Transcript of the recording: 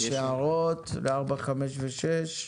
יש הערות ל-4, 5 ו-6?